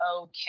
okay